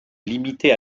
limitée